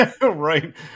Right